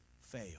fail